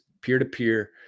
peer-to-peer